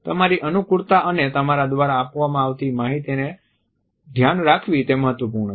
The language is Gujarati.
તમારી અનુકૂળતા અને તમારા દ્વારા આપવામાં આવતી માહિતીને ધ્યાન રાખવી તે પણ મહત્વપૂર્ણ છે